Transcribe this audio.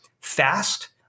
FAST